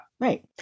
Right